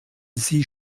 sie